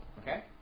Okay